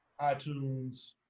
iTunes